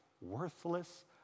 worthless